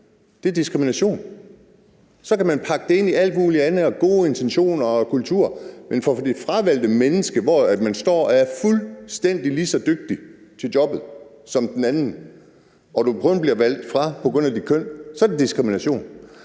Det er diskrimination. Så kan man pakke det ind i alt muligt andet og gode intentioner og kultur, men for det fravalgte mennesker, der står og er fuldstændig lige så dygtig til jobbet som den anden, er det diskriminatin kun at blive valgt fra på grund af kønnet. Er ordføreren